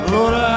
Lord